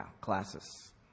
classes